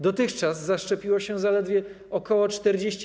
Dotychczas zaszczepiło się zaledwie ok. 40%